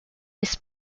this